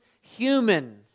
human